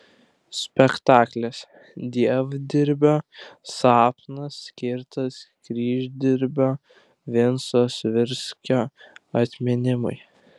spektaklis dievdirbio sapnas skirtas kryždirbio vinco svirskio atminimui